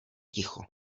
ticho